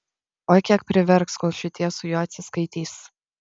oi kiek priverks kol šitie su juo atsiskaitys